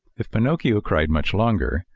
if pinocchio cried much longer,